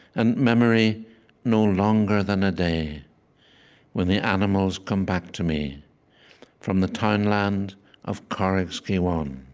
and memory no longer than a day when the animals come back to me from the townland of carrigskeewaun,